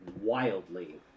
wildly